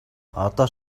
одоо